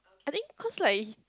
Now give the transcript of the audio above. I think cause like he